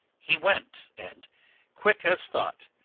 he went, and quick as thought,